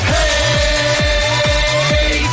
Hey